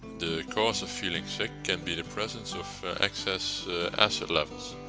the cause of feeling sick can be the presence of excess acid levels.